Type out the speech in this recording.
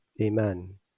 Amen